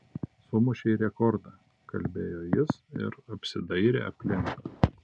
sumušei rekordą kalbėjo jis ir apsidairė aplink